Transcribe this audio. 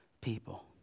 people